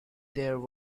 there